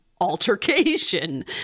altercation